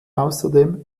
außerdem